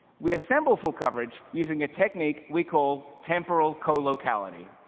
we assemble full coverage using a technique we call temporal co-locality.